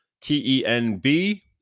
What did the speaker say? T-E-N-B